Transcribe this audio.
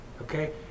Okay